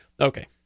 okay